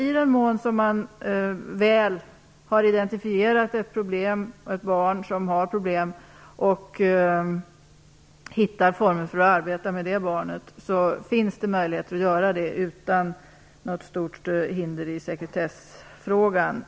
I den mån man väl har identifierat ett barn som har problem och man hittar former för att arbeta med barnet finns det i allmänhet möjligheter att göra det utan något större hinder i sekretessfrågan.